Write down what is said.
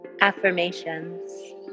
affirmations